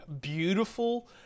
beautiful